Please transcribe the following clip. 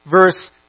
Verse